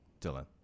Dylan